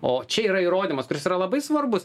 o čia yra įrodymas kuris yra labai svarbus